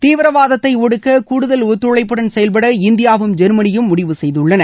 தீவிரவாதத்தை ஒடுக்க கூடுதல் ஒத்துழைப்புடன் செயல்பட இந்தியாவும் ஜெர்மனியும் முடிவு செய்துள்ளன